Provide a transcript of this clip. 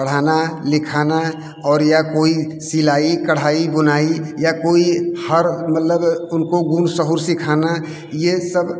पढ़ाना लिखाना और या कोई सिलाई कढ़ाई बुनाई या कोई हर मतलब उनको गुण सहुर सीखाना ये सब